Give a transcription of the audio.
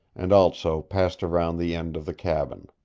and also passed around the end of the cabin.